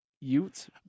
Utes